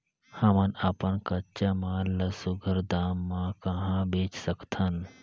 हमन अपन कच्चा माल ल सुघ्घर दाम म कहा बेच सकथन?